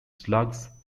slugs